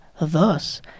thus